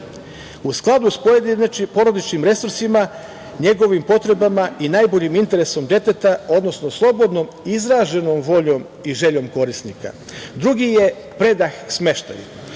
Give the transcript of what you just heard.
u skladu sa porodičnim resursima, njegovim potrebama i najboljim interesom deteta, odnosno slobodno izraženom voljom i željom korisnika. Drugi je predah smeštaj